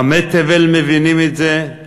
עמי תבל מבינים את זה.